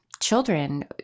children